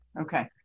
Okay